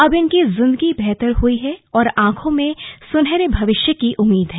अब इनकी जिन्दगी बेहतर हुई है और आंखों में सुनहरे भविष्य की उम्मीद है